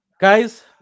Guys